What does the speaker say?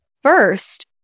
first